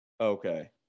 Okay